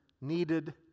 needed